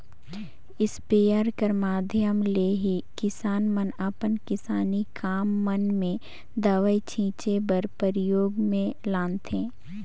sprayer कर माध्यम ले ही किसान मन अपन किसानी काम मन मे दवई छीचे बर परियोग मे लानथे